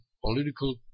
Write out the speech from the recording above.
political